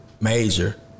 Major